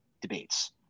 debates